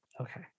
Okay